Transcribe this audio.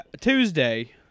Tuesday